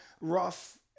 rough